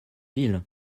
ville